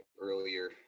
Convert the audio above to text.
earlier